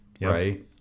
right